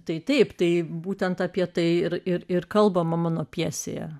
tai taip tai būtent apie tai ir ir ir kalbama mano pjesėje